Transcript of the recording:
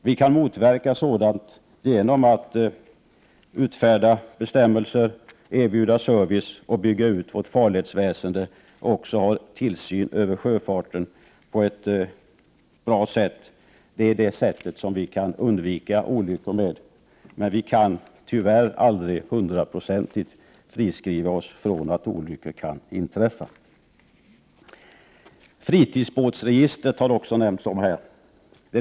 Vi kan motverka oljeutsläpp genom att utfärda bestämmelser, erbjuda service och bygga ut vårt farledsväsende och också ha tillsyn över sjöfarten på ett bra sätt. Det är så vi får gå till väga för att undvika olyckor, men vi kan tyvärr aldrig hundraprocentigt friskriva oss från att olyckor kan inträffa. Fritidsbåtsregistret har också nämnts här.